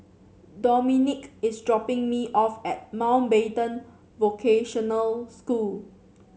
Dominic is dropping me off at Mountbatten Vocational School